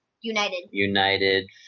united